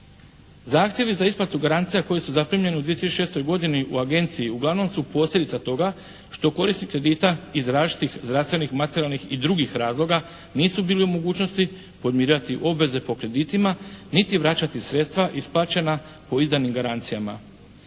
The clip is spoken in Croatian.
Zahtjevi za isplatu garancija koji su zaprimljeni u 2006. godini u agenciji uglavnom su posljedica toga što korisnik kredita iz različitih zdravstvenih, materijalnih i drugih razloga nisu bili u mogućnosti pomirati obveze po kreditima niti vraćati sredstva isplaćena po izdanim garancijama.